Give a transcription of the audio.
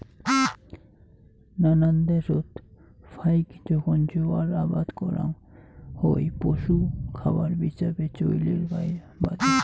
নানান দ্যাশত ফাইক জোখন জোয়ার আবাদ করাং হই পশু খাবার হিছাবে চইলের বাদে